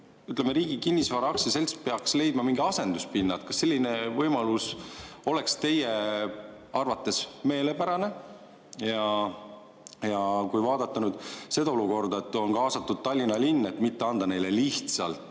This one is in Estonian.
Riigi Kinnisvara AS peaks leidma mingid asenduspinnad. Kas selline võimalus oleks teie arvates meelepärane? Ja kui vaadata nüüd seda olukorda, et on kaasatud Tallinna linn, et mitte anda neile lihtsalt